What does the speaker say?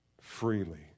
freely